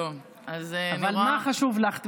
הינה, השר אלקין מאשר את זה.